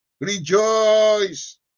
Rejoice